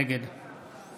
נגד